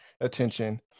attention